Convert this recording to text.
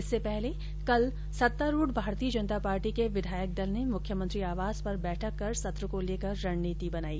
इससे पहले कल सत्तारूढ भारतीय जनता पार्टी के विधायक दल ने मुख्यमंत्री आवास पर बैठक कर सत्र को लेकर रणनीति बनाई